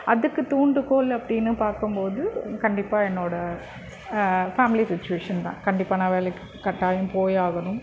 அதுக்கு தூண்டுகோல் அப்படின்னு பார்க்கும்போது கண்டிப்பாக என்னோடய ஃபேமிலி சுச்சுவேஷன் தான் கண்டிப்பாக நான் வேலைக்கு கட்டாயம் போயே ஆகணும்